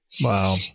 Wow